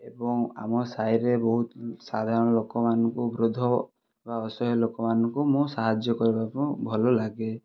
ଏବଂ ଆମ ସାହିରେ ବହୁତ ସାଧାରଣ ଲୋକମାନଙ୍କୁ ବୃଦ୍ଧ ବା ଅସହାୟ ଲୋକମାନଙ୍କୁ ମୁଁ ସାହାଯ୍ୟ କରିବାକୁ ଭଲ ଲାଗେ